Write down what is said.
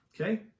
Okay